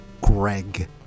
Greg